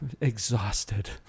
exhausted